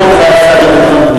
הייתי אחרי-הצהריים.